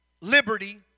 liberty